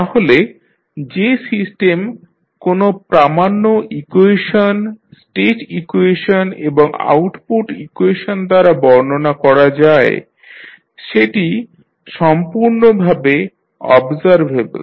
তাহলে যে সিস্টেম কোনো প্রামান্য ইকুয়েশন স্টেট ইকুয়েশন এবং আউটপুট ইকুয়েশন দ্বারা বর্ণনা করা যায় সেটি সম্পূর্ণভাবে অবজারভেবল